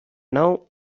now